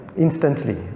instantly